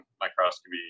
microscopy